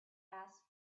asked